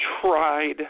tried